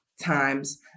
times